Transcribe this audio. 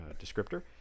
descriptor